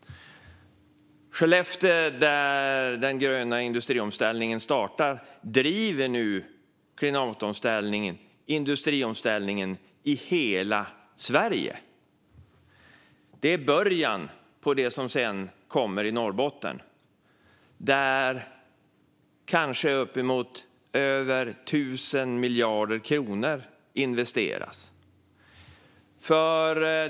Skellefteå, där den gröna industriomställningen startade, driver nu klimatomställningen och industriomställningen i hela Sverige. Det är början på det som sedan kommer i Norrbotten, där kanske uppemot 1 000 miljarder kronor investeras.